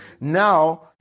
Now